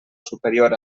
superior